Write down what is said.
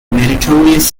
meritorious